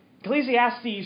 Ecclesiastes